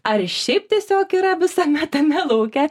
ar šiaip tiesiog yra visame tame lauke